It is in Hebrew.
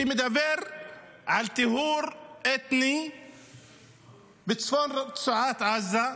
שדיבר על טיהור אתני בצפון רצועת עזה,